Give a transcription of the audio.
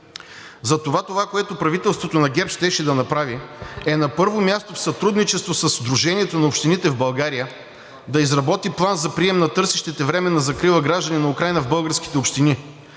Затова това, което правителството на ГЕРБ щеше да направи, е на първо място в сътрудничество със Сдружението на общините в България да изработи план за прием на търсещите временна закрила граждани на Украйна в българските общини